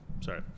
Sorry